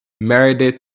Meredith